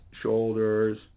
shoulders